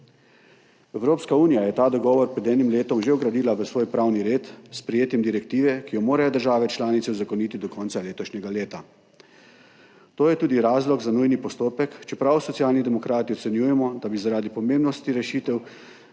Evropska unija je ta dogovor pred enim letom že vgradila v svoj pravni red s sprejetjem direktive, ki jo morajo države članice uzakoniti do konca letošnjega leta. To je tudi razlog za nujni postopek, čeprav Socialni demokrati ocenjujemo, da bi, zaradi pomembnosti rešitev